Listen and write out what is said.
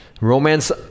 Romance